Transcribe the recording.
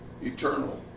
eternal